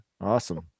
Awesome